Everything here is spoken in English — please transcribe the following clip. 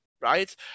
right